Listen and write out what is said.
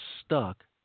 stuck